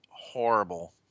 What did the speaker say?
Horrible